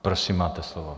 Prosím, máte slovo.